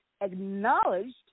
acknowledged